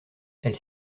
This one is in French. elle